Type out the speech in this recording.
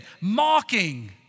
mocking